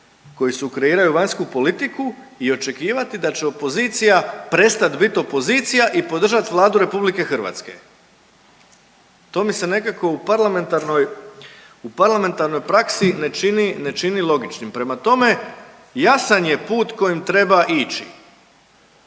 koji sukreiraju vanjsku politiku i očekivati da će opozicija prestati biti opozicija i podržati Vladu RH. To mi se nekako u parlamentarnoj praksi ne čini logičnim, prema tome, jasan je put kojim treba ići.